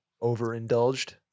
overindulged